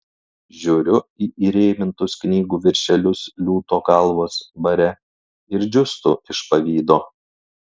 žiūriu į įrėmintus knygų viršelius liūto galvos bare ir džiūstu iš pavydo